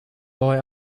boy